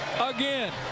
Again